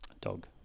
Dog